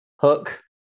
hook